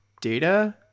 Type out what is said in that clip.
data